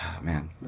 Man